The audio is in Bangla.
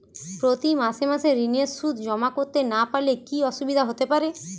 প্রতি মাসে মাসে ঋণের সুদ জমা করতে না পারলে কি অসুবিধা হতে পারে?